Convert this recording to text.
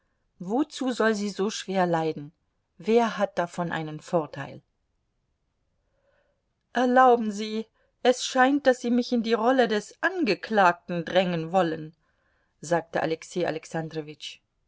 wozu soll sie so schwer leiden wer hat davon einen vorteil erlauben sie es scheint daß sie mich in die rolle des angeklagten drängen wollen sagte alexei